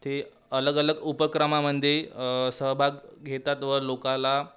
ते अलग अलग उपक्रमामध्ये सहभाग घेतात व लोकाला